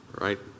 right